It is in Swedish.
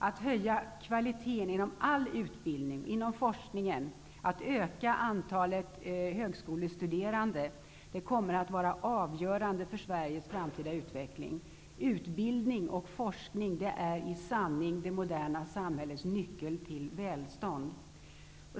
Att höja kvaliteten inom all utbildning och inom forskningen och att öka antalet högskolestuderande kommer att vara avgörande för Sveriges framtida utveckling. Utbildning och forskning är i sanning det moderna samhällets nyckel till välstånd.